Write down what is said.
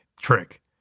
trick